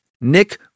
Nick